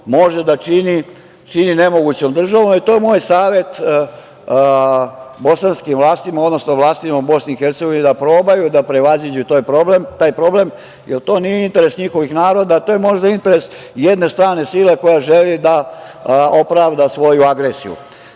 može da čini nemogućom državom. To je moj savet bosanskim vlastima, odnosno vlastima u BiH, da probaju da prevaziđu taj problem, jer to nije interes njihovih naroda, to je možda interes jedne strane sile koja želi da opravda svoju agresiju. Dakle,